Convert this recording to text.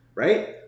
Right